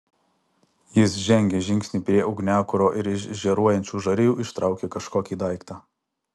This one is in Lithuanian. jis žengė žingsnį prie ugniakuro ir iš žėruojančių žarijų ištraukė kažkokį daiktą